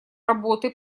работы